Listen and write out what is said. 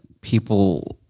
people